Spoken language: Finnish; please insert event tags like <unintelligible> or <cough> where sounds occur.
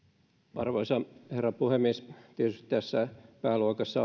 arvoisa herra puhemies tietysti tässä pääluokassa <unintelligible>